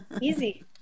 easy